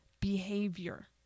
behavior